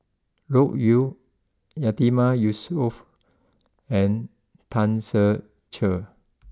Loke Yew Yatiman Yusof and Tan Ser Cher